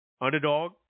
Underdog